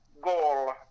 goal